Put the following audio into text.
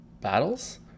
battles